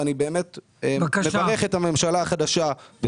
ואני מברך את הממשלה החדשה,